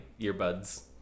earbuds